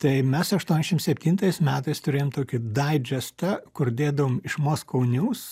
tai mes aštuoniasdešim septintais metais turėjom tokį daisžestą kur dėdavom iš moskau nius